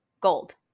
gold